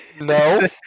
no